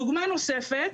דוגמה נוספת,